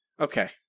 okay